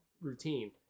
routine